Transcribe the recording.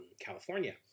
California